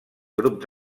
grups